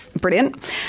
brilliant